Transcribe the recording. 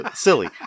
silly